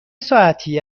ساعتی